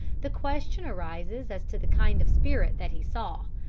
the question arises as to the kind of spirit that he saw.